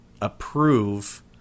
approve